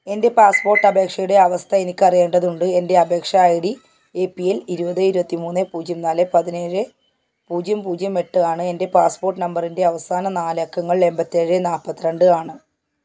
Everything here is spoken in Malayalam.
എൻ്റെ പാസ്പോർട്ട് അപേക്ഷയുടെ അവസ്ഥ എനിക്ക് അറിയേണ്ടതുണ്ട് എൻ്റെ അപേക്ഷാ I D A P L ഇരുപത് ഇരുപത്തി മൂന്ന് പൂജ്യം നാല് പതിനേഴ് പൂജ്യം പൂജ്യം എട്ട് ആണ് എൻ്റെ പാസ്പോർട്ട് നമ്പറിൻ്റെ അവസാന നാല് അക്കങ്ങൾ എൺപത്തേഴ് നാൽപ്പത്തിരണ്ട് ആണ്